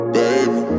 baby